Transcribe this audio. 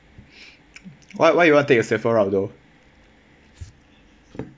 why why you want take a safer route though